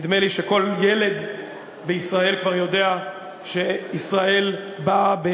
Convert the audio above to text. נדמה לי שכל ילד בישראל כבר יודע שישראל באה עם